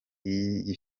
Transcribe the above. y’iyi